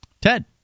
Ted